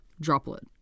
Droplet